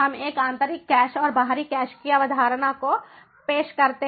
हम एक आंतरिक कैश और बाहरी कैश की अवधारणा को पेश करते हैं